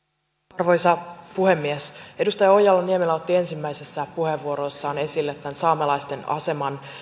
arvoisa puhemies edustaja ojala niemelä otti ensimmäisessä puheenvuorossaan esille tämän saamelaisten aseman